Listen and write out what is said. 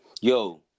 yo